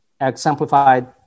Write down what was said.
exemplified